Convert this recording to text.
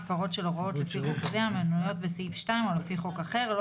ההפוך של קרוב לוודאי וזה בעצם אותו דבר.